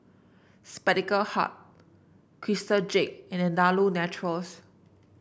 Spectacle Hut Crystal Jade and Andalou Naturals